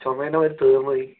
ചുമേൻ്റെ മരുന്ന് തീർന്നുപോയി